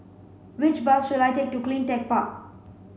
which bus should I take to CleanTech Park